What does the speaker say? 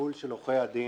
הטיפול של עורכי הדין